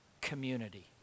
Community